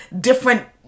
different